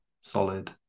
solid